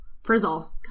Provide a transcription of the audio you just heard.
Frizzle